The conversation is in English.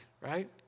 right